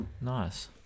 Nice